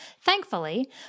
Thankfully